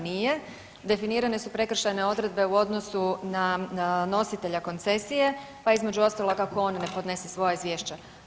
Nije, definirane su prekršajne odredbe u odnosu na nositelja koncesije, pa između ostalog, ako on ne podnese svoja izvješća.